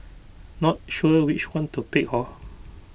not sure which one to pick hor